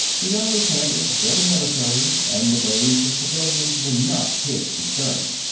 the young lieutenant was very military, and the ways of civilians were not his concern.